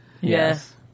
Yes